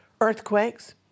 earthquakes